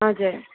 हजुर